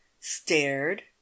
stared